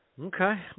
Okay